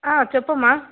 చెప్పమ్మా